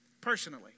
Personally